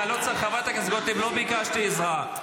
לא צריך, חברת הכנסת גוטליב, לא ביקשתי עזרה.